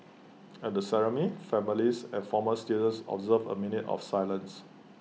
at the ceremony families and former students observed A minute of silence